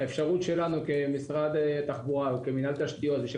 האפשרות שלנו כמשרד תחבורה וכמנהל תשתיות ושל